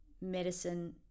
medicine